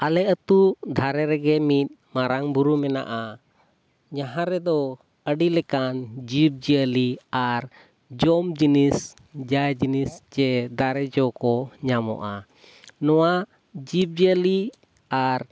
ᱟᱞᱮ ᱟᱛᱳ ᱫᱷᱟᱨᱮ ᱨᱮᱜᱮ ᱢᱤᱫ ᱢᱟᱨᱟᱝᱵᱩᱨᱩ ᱢᱮᱱᱟᱜᱼᱟ ᱡᱟᱦᱟᱸ ᱨᱮᱫᱚ ᱟᱹᱰᱤ ᱞᱮᱠᱟᱱ ᱡᱤᱵᱽᱼᱡᱤᱭᱟᱹᱞᱤ ᱟᱨ ᱡᱚᱢ ᱡᱤᱱᱤᱥ ᱡᱟᱭ ᱡᱤᱱᱤᱥ ᱪᱮᱫ ᱫᱟᱨᱮ ᱡᱚᱠᱚ ᱧᱟᱢᱚᱜᱼᱟ ᱱᱚᱣᱟ ᱡᱤᱵᱽᱼᱡᱤᱭᱟᱹᱞᱤ ᱟᱨ